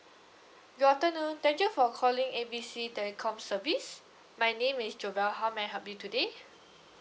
good afternoon thank you for calling A B C telecom service my name is jovelle how may I help you today